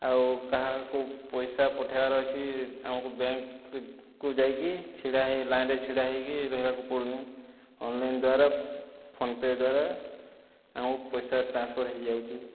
ଆଉ କାହାକୁ ପଇସା ପଠେଇବାର ଅଛି ଆମକୁ ବ୍ୟାଙ୍କକୁ ଯାଇକି ଛିଡ଼ା ହେଇକି ଲାଇନରେ ଛିଡ଼ା ହେଇକି ରହିବାକୁ ପଡ଼ୁନି ଅନ୍ଲାଇନ୍ ଦ୍ଵାରା ଫୋନ ପେ ଦ୍ଵାରା ଆମ ପଇସା ଟ୍ରାନ୍ସଫର ହେଇଯାଉଛି